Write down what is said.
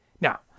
Now